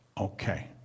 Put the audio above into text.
okay